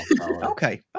Okay